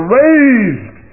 raised